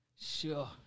Sure